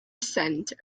center